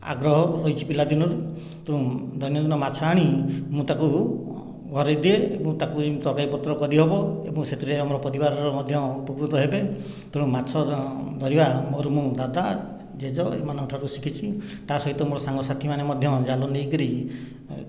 ଆଗ୍ରହ ରହିଛି ପିଲାଦିନରୁ ତେଣୁ ଦୈନନ୍ଦିନ ମାଛ ଆଣି ମୁଁ ତାକୁ ଘରେ ଦିଏ ଏବଂ ତାକୁ ତରକାରୀ ପତ୍ର କରିହବ ଏବଂ ସେଥିରେ ଆମ ପରିବାରର ମଧ୍ୟ ଉପକୃତ ହେବେ ତେଣୁ ମାଛ ଧରିବା ମୋର ମୁଁ ଦାଦା ଜେଜ ଏମାନଙ୍କଠାରୁ ଶିଖିଛି ତା ସହିତ ମୋ ସାଙ୍ଗସାଥି ମାନେ ମଧ୍ୟ ଜାଲ ନେଇକରି